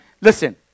Listen